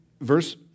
verse